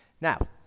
Now